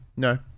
No